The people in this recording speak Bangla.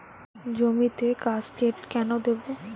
জমিতে কাসকেড কেন দেবো?